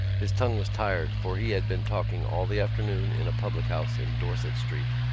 his tongue was tired for he had been talking all the afternoon in a public-house in dorset street.